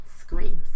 screams